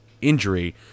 injury